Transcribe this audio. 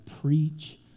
preach